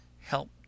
help